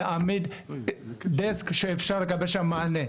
להעמיד דסק שאפשר לקבל שם מענה.